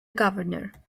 governor